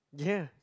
ya